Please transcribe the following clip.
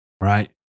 Right